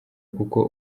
kuko